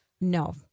No